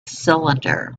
cylinder